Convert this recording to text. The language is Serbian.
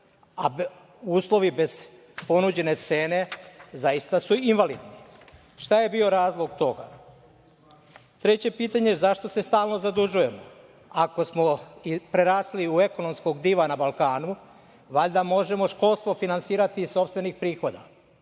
Uslovi bez ponuđene cene zaista su invalidni. Šta je bio razlog toga? Treće pitanje – zašto se stalno zadužujemo? Ako smo prerasli u ekonomskog diva na Balkanu, valjda možemo školstvo finansirati iz sopstvenih prihoda.